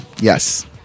Yes